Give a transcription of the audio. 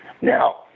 now